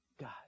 God